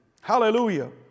Hallelujah